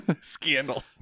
Scandal